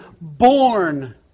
born